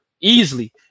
easily